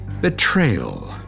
betrayal